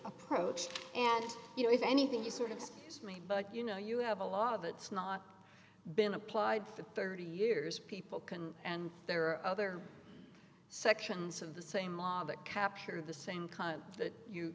approach and you know if anything you sort of just me but you know you have a lot of it's not been applied for thirty years people can and there are other sections of the same law that capture the same kind of that you